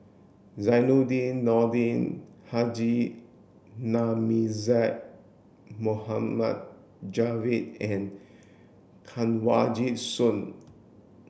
Zainudin Nordin Haji Namazie Moharmd Javad and Kanwaljit Soin